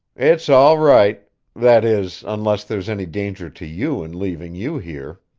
it's all right that is, unless there's any danger to you in leaving you here.